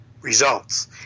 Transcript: results